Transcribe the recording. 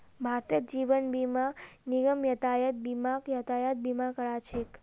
भारतत जीवन बीमा निगम यातायात बीमाक यातायात बीमा करा छेक